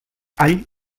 all